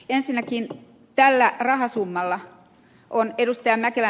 ensinnäkin tällä rahasummalla on ed